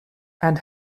and